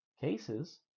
cases